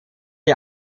die